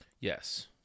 yes